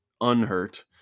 unhurt